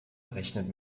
rechnet